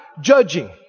judging